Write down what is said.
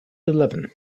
eleven